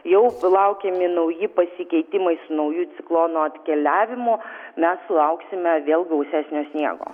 jau sulaukiami nauji pasikeitimai su nauju ciklono atkeliavimu mes sulauksime vėl gausesnio sniego